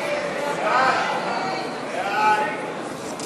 סיעת הרשימה